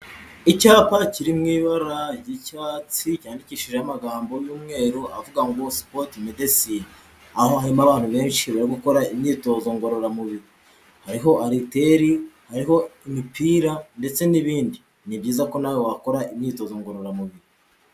Icyapa kiri mu ibara ry'icyatsi cyanyandikishije amagambo y'umweru avuga ngo sipoto medesine, aho harimo abantu benshi bari gukora imyitozo ngororamubiri, hariho ariteri, hariho imipira ndetse n'ibindi. Ni byiza ko nawe wakora imyitozo ngororamubiri.